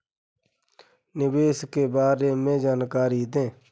निवेश के बारे में जानकारी दें?